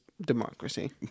democracy